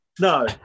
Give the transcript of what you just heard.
No